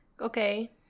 okay